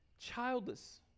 Childless